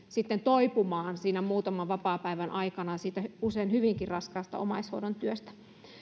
sitten toipumaan muutaman vapaapäivän aikana siitä usein hyvinkin raskaasta omaishoidon työstä